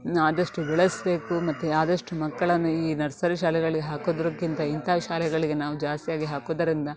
ಆದಷ್ಟು ಬೆಳೆಸಬೇಕು ಮತ್ತು ಆದಷ್ಟು ಮಕ್ಕಳನ್ನು ಈ ನರ್ಸರಿ ಶಾಲೆಗಳಿಗೆ ಹಾಕೋದಕ್ಕಿಂತ ಇಂಥ ಶಾಲೆಗಳಿಗೆ ನಾವು ಜಾಸ್ತಿಯಾಗಿ ಹಾಕೋದರಿಂದ